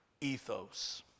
ethos